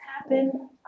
happen